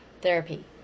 therapy